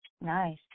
Nice